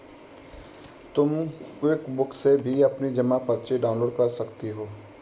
तुम क्विकबुक से भी अपनी जमा पर्ची डाउनलोड कर सकती हो